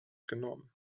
genommen